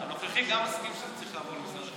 הנוכחי גם מסכים שזה צריך לעבור למשרד החינוך.